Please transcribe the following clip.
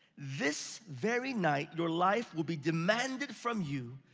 this very night, your life will be demanded from you,